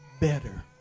better